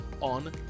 on